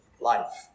life